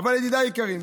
ידידיי היקרים,